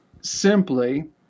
simply